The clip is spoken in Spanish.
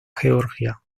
georgia